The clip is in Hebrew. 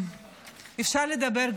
אפשר לדבר גבוהה-גבוהה,